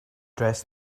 dress